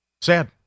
Sad